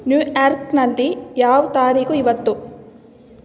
ನ್ಯೂಯಾರ್ಕ್ನಲ್ಲಿ ಯಾವ ತಾರೀಖು ಇವತ್ತು